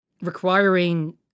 requiring